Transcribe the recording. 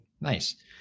Nice